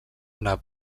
una